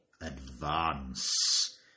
advance